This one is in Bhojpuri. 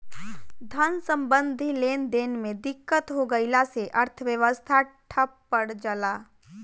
धन सम्बन्धी लेनदेन में दिक्कत हो गइला से अर्थव्यवस्था ठप पर जला